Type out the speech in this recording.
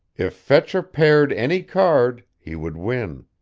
if fetcher paired any card, he would win.